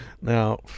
Now